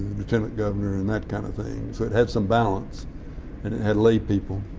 lieutenant governor, and that kind of thing, so it had some balance and it had lay people,